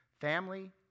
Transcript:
Family